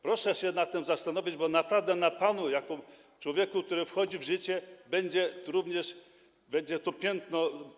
Proszę się nad tym zastanowić, bo naprawdę pan jako człowiek, który wchodzi w życie, będzie również nosił to piętno.